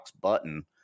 button